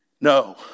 No